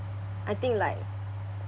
I think like